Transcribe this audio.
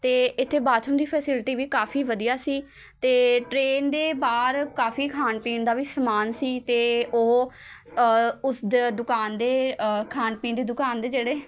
ਅਤੇ ਇੱਥੇ ਬਾਥਰੂਮ ਦੀ ਫਸਿਲਟੀ ਕਾਫੀ ਵਧੀਆ ਸੀ ਅਤੇ ਟਰੇਨ ਦੇ ਬਾਹਰ ਕਾਫੀ ਖਾਣ ਪੀਣ ਦਾ ਵੀ ਸਮਾਨ ਸੀ ਅਤੇ ਉਹ ਉਸ ਦ ਦੁਕਾਨ ਦੇ ਖਾਣ ਪੀਣ ਦੀ ਦੁਕਾਨ ਦੇ ਜਿਹੜੇ